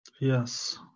Yes